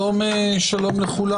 שלום לכולם.